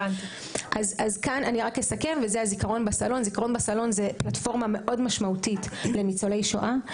אני אסכם כאן: זכרון בסלון זו פלטפורמה מאוד משמעותית לניצולי שואה.